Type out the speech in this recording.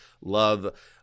love –